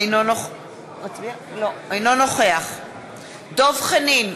אינו נוכח דב חנין,